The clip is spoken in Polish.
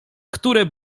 które